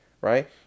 right